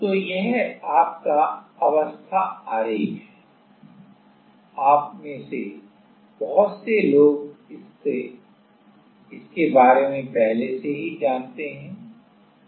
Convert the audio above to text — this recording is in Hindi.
तो यह आपका अवस्था आरेख है आप में से बहुत से लोग इसके बारे में पहले से ही जानते हैं